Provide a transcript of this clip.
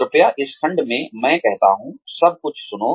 कृपया इस खंड में मैं कहता हूं सब कुछ सुनें